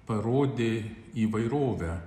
parodė įvairovę